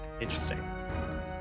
Interesting